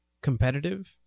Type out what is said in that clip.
competitive